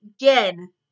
again